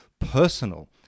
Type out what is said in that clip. personal